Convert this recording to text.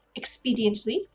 expediently